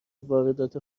واردات